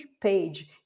page